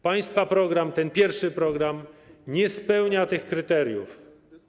Państwa program, ten pierwszy program, nie spełnia tych kryteriów.